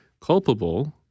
culpable